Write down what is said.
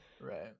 Right